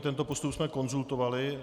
Tento postup jsme konzultovali.